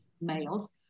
males